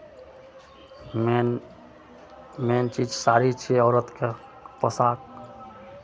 मेन main चीज साड़ी छै औरतके पोशाक